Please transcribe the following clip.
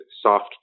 soft